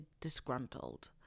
disgruntled